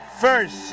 first